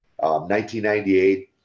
1998